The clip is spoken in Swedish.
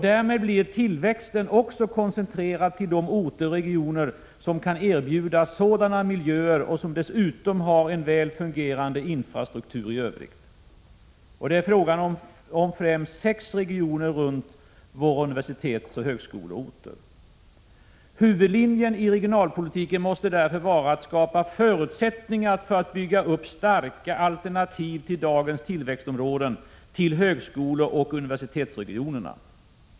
Därmed blir tillväxten också koncentrerad till de orter och regioner som kan erbjuda sådana miljöer och som dessutom har en väl fungerande infrastruktur i övrigt. Det är här främst frågan om sex regioner runt våra universitetsoch högskoleorter. Huvudlinjen i regionalpolitiken måste därför vara att skapa förutsättningar att bygga upp starka alternativ till dagens tillväxtområden, till universitetsoch högskoleregionerna.